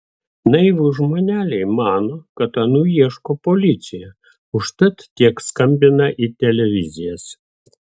naivūs žmoneliai mano kad anų ieško policija užtat tiek skambina į televizijas